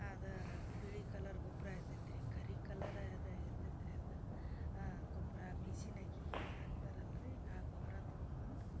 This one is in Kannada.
ಅದು ಬಿಳಿ ಕಲರ್ ಗೊಬ್ಬರ ಇರ್ತೈತೆ ರೀ ಕರಿ ಕಲರಾ ಅದು ಇರ್ತೈತೆ ರೀ ಅದು ಗೊಬ್ಬರ ಮಿಶಿನ್ ಅಗಿಗೆ ಅದು ಹಾಕ್ತಾರಲ್ಲ ರೀ ಆ ಗೊಬ್ಬರ ತಗೊಬಂದು